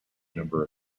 number